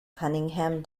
cunningham